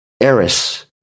Eris